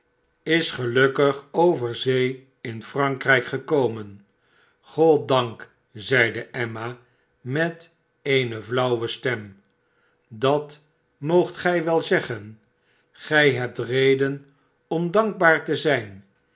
is gelukkig over zee in frankrijk gekomen goddank zeide emma met eene flauwe stem dat moogtrii wel zeggen gij hebt reden om dankbaar te zijn